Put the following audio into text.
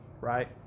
Right